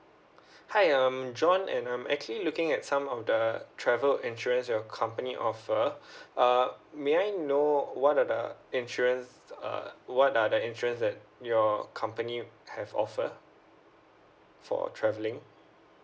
hi I'm john and I'm actually looking at some of the travel insurance your company offer uh may I know what are the insurance uh what are the insurance that your company have offer for traveling